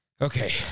Okay